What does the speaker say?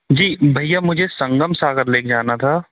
जी भैया मुझे संगम सागर लेक जाना था